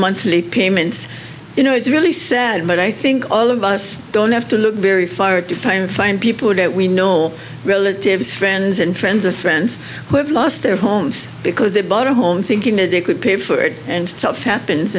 monthly payments you know it's really sad but i think all of us don't have to look very far to try and find people that we know relatives friends and friends of friends who have lost their homes because they bought a home thinking that they could pay for it and stuff happens